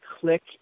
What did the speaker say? click